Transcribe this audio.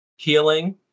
Healing